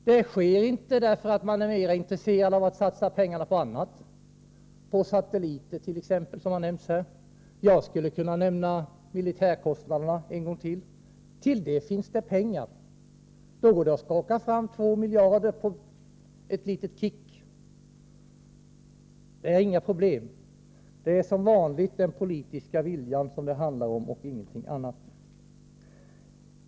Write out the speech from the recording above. Det sker inte, därför att man är mer intresserad av att, som här har nämnts, satsa pengar på t.ex. satelliter. En annan stor satsning sker på det militära området. Till detta går det att på ett litet kick skaka fram två miljarder kronor — det är inget problem. Som vanligt handlar det om politisk vilja och inget annat.